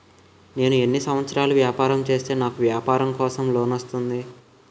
నేను ఎన్ని సంవత్సరాలు వ్యాపారం చేస్తే నాకు వ్యాపారం కోసం లోన్ వస్తుంది?